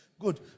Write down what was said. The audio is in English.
Good